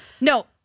No